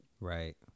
Right